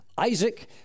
Isaac